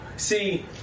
See